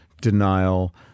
denial